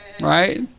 right